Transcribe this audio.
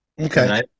Okay